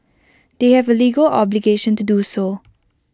they have A legal obligation to do so